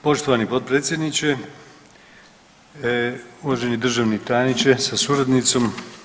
Poštovani potpredsjedniče, uvaženi državni tajniče sa suradnicom.